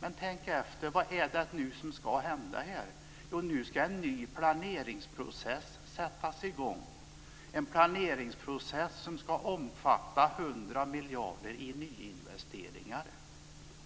Vad är det nu som ska hända? Jo, nu ska en ny planeringsprocess sättas i gång - en planeringsprocess som ska omfatta 100 miljarder i nyinvesteringar.